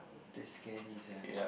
that's scary sia